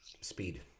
Speed